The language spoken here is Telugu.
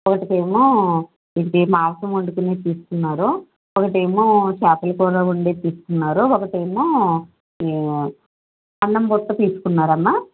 ఒకటేమో మాంసం వండుకునేది తీసుకున్నారు ఒకటేమో చేపల కూర వండేది తీసుకున్నారు ఒకటేమో అన్నం బుట్ట తీసుకున్నారమ్మా